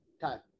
time